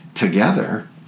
together